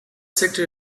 sector